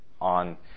on